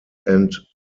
and